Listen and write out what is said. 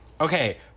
Okay